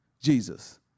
Jesus